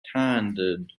handed